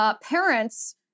parents